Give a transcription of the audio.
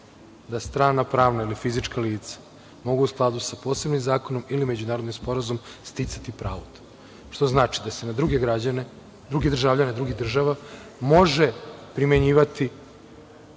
da strana pravna ili fizička lica mogu, u skladu sa posebnim zakonom ili međunarodnim sporazumom, sticati to pravo. To znači da se na državljane drugih država može primenjivati